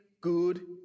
good